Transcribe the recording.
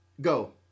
go